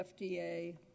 FDA